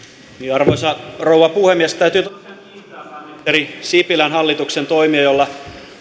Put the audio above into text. arvoisa rouva puhemies täytyy tosiaan kiittää pääministeri sipilän hallituksen toimia joilla